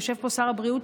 יושב פה שר הבריאות,